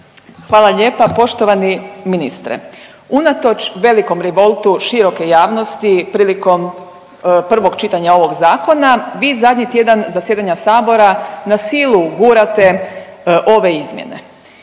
Hvala lijepa. Poštovani ministre, unatoč velikom rivoltu široke javnosti prilikom prvog čitanja ovog zakona vi zadnji tjedan zasjedanja sabora na silu gurate ove izmjene.